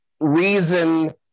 reason